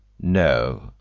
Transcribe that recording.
No